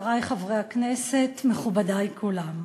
חברי חברי הכנסת, מכובדי כולם,